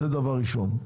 זה דבר ראשון.